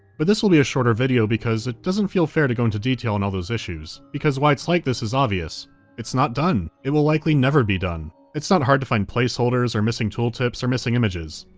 but this will be a shorter video, because it doesn't feel fair to go into detail on all those issues. because why it's like this is obvious it's not done. it will likely never be done. it's not hard to find placeholders, or missing tooltips, or missing images.